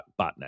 botnet